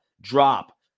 drop